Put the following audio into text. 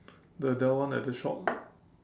the Dell one at the shop